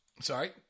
Sorry